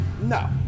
No